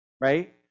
right